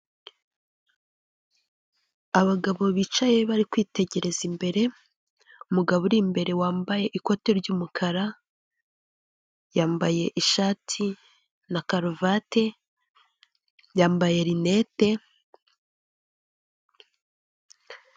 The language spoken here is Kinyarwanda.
Abagabo bicaye bari kwitegereza imbere, umugabo uri imbere wambaye ikoti ry'umukara, yambaye ishati na karuvati yambaye rinete.